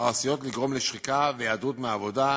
העשויות לגרום לשחיקה והיעדרות מהעבודה,